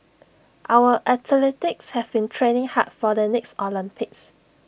our athletes have been training hard for the next Olympics